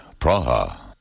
Praha